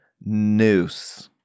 Noose